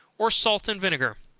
or salt and vinegar,